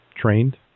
trained